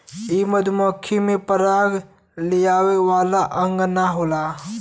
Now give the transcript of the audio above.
इ मधुमक्खी में पराग लियावे वाला अंग ना होला